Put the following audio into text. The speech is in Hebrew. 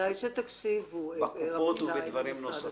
כדאי שתקשיבו, רבותיי ממשרד התקשורת.